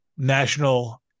National